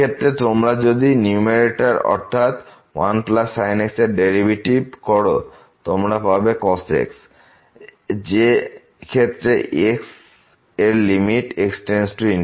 এই ক্ষেত্রে তোমরা যদি নিউমারেতার অর্থাৎ 1sin x এর ডেরিভেটিভ করো তোমরা পাবে cos x যে ক্ষেত্রে এক্স এর লিমিট x→∞